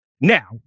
Now